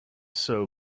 sew